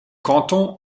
canton